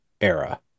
era